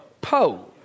poe